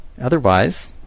Otherwise